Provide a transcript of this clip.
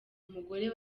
umugore